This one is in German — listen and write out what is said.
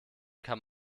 kann